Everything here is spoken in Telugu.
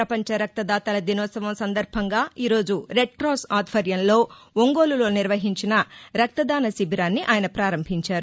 పపంచ రక్త దాతల దినోత్సవం సందర్భంగా ఈరోజు రెడ్ క్రాస్ ఆధ్వర్యంలో ఒంగోలులో నిర్వహించిన రక్త దాన శిబిరాన్ని ఆయన ప్రారంభించారు